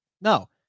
No